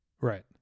Right